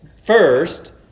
first